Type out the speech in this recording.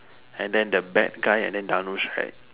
and then the bad guy and then Dhanush right